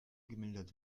gemildert